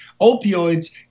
opioids